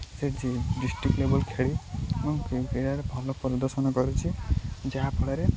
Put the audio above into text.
ସେ ଡିଷ୍ଟ୍ରିକ୍ ଲେବୁଲ୍ ଖେଳି ଏବଂ କ୍ରୀଡ଼ାରେ ଭଲ ପ୍ରଦର୍ଶନ କରୁଛିି ଯାହାଫଳରେ